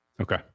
Okay